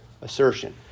assertion